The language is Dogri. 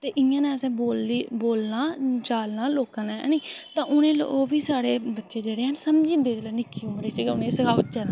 ते इ'यां गै असें बोल्ली बोलना चालना लोकें ने हैनी ओह् बी साढ़े बच्चे जेह्ड़े हैन समझी जंदे निक्के होंदे निक्की उमरी च गै सखाई ओड़चै